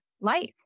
life